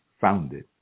founded